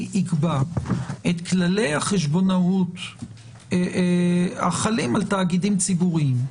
יקבע את כללי החשבונאות החלים על תאגידים ציבוריים.